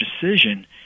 decision